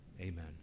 Amen